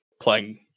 playing